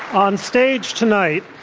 onstage tonight,